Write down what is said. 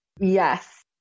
Yes